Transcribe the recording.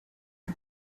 die